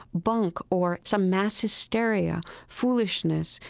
bunk or some mass hysteria, foolishness,